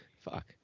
Fuck